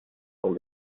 sont